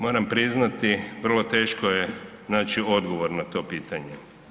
Moram priznati vrlo teško je naći odgovor na to pitanje.